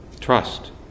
Trust